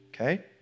okay